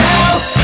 else